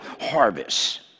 harvest